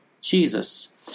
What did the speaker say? Jesus